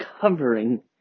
covering